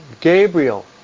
Gabriel